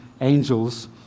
angels